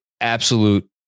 absolute